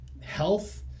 health